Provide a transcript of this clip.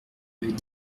avait